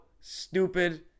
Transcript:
stupid